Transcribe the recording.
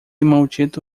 maldito